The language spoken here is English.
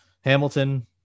Hamilton